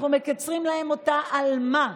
אנחנו מקצרים להם אותה, על מה?